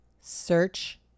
search